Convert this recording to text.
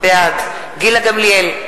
בעד גילה גמליאל,